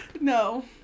no